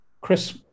Chris